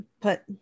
put